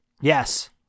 Yes